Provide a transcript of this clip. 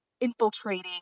infiltrating